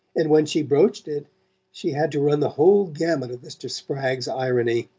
and when she broached it she had to run the whole gamut of mr. spragg's irony.